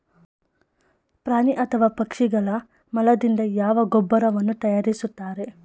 ಪ್ರಾಣಿ ಅಥವಾ ಪಕ್ಷಿಗಳ ಮಲದಿಂದ ಯಾವ ಗೊಬ್ಬರವನ್ನು ತಯಾರಿಸುತ್ತಾರೆ?